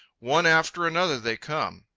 one after another they come,